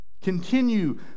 Continue